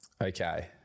Okay